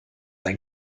ein